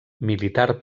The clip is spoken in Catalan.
militar